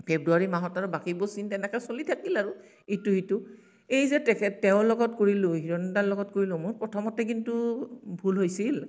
ফেব্ৰুৱাৰী মাহত আৰু বাকীবোৰ চিন তেনেকৈ চলি থাকিল আৰু ইটো সিটো এই যে তেখে তেওঁৰ লগত কৰিলোঁ হিৰণ্য় দাৰ লগত কৰিলোঁ মোৰ প্ৰথমতে কিন্তু ভুল হৈছিল